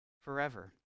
forever